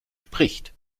spricht